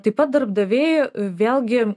taip pat darbdaviai vėlgi